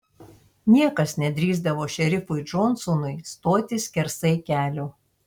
niekas nedrįsdavo šerifui džonsonui stoti skersai kelio